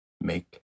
make